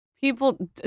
People